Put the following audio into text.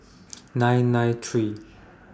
nine nine three